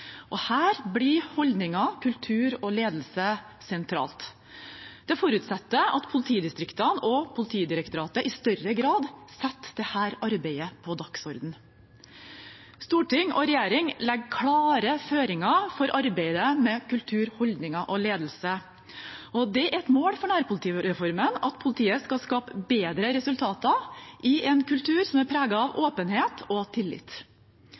Her blir holdninger, kultur og ledelse sentralt. Det forutsetter at politidistriktene og Politidirektoratet i større grad setter dette arbeidet på dagsordenen. Storting og regjering legger klare føringer for arbeidet med kultur, holdninger og ledelse. Det er et mål for nærpolitireformen at politiet skal skape bedre resultater i en kultur som er preget av åpenhet og tillit.